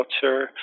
culture